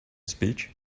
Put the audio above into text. speech